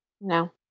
No